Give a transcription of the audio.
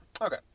Okay